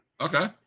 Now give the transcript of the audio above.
Okay